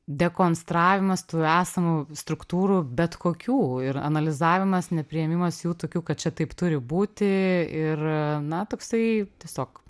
dekonstravimas tų esamų struktūrų bet kokių ir analizavimas nepriėmimas jų tokių kad čia taip turi būti ir na toksai tiesiog